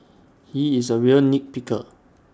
he is A real nit picker